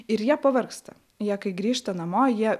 ir jie pavargsta jie kai grįžta namo jie